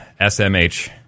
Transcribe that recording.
SMH